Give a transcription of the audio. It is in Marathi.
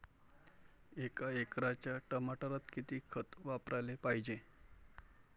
एका एकराच्या टमाटरात किती खत वापराले पायजे?